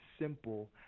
simple